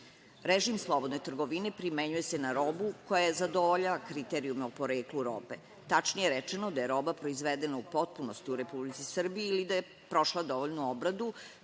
slobodne trgovine primenjuje se na robu koja je zadovoljila kriteriju o poreklu robe. Tačnije rečeno – da je roba proizvedena u potpunosti u Republici Srbiji ili da je prošla dovoljnu obradu,